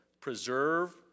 preserve